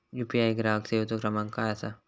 UPI ग्राहक सेवेचो क्रमांक काय असा?